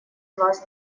вас